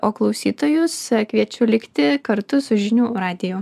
o klausytojus a kviečiu likti kartu su žinių radiju